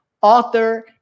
author